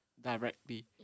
directly